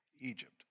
Egypt